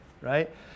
right